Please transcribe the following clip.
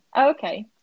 okay